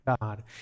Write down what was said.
God